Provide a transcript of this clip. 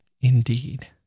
indeed